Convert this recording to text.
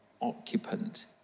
occupant